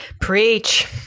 Preach